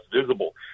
visible